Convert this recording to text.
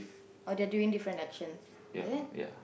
or they're doing different actions is it